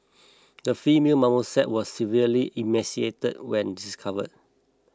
the female marmoset was severely emaciated when discovered